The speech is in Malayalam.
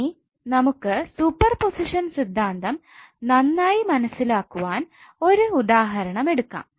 ഇനി നമുക്ക് സൂപ്പർ പൊസിഷൻ സിദ്ധാന്തം നന്നായി മനസ്സിലാക്കുവാൻ ഒരു ഉദാഹരണം എടുക്കാം